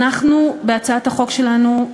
אנחנו, בהצעת החוק שלנו,